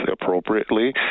appropriately